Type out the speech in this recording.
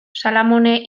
salamone